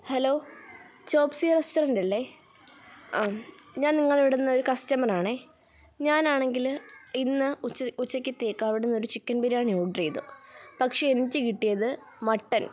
hello Chopsy restaurant അല്ലേ ആ ഞാന് നിങ്ങളുടെ അവിടെ നിന്ന് ഒരു കസ്റ്റമർ ആണേ ഞാനാണെങ്കിൽ ഇന്ന് ഉച്ച് ഉച്ചയ്ക്കത്തേക്ക് അവിടെ നിന്ന് ഒരു ചിക്കൻ ബിരിയാണി ഓഡർ ചെയ്തു പക്ഷേ എനിക്ക് കിട്ടിയത് മട്ടന്